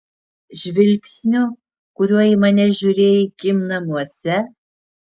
žvilgsniu kuriuo į mane žiūrėjai kim namuose